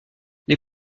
les